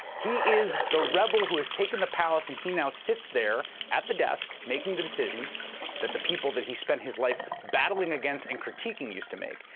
he is the rebel who has taken the palace and he now sits there at the desk, making the decisions that the people he spent his life battling against and critiquing used to make,